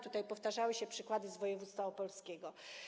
Tutaj powtarzały się przykłady z województwa opolskiego.